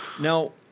Now